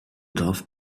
dove